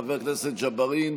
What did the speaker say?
חבר הכנסת ג'בארין,